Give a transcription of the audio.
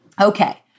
Okay